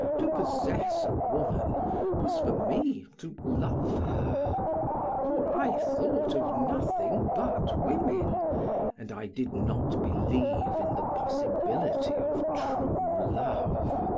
to possess a woman was for me to love her for i thought of nothing but women and i did not believe in the possibility of true love.